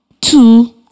two